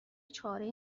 چارهای